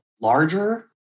larger